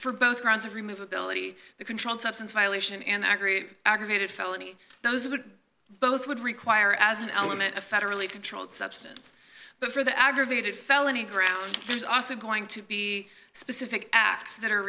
for both grounds remove ability the controlled substance violation and aggravated felony those would both would require as an element of federally controlled substance but for the aggravated felony ground there's also going to be specific acts that are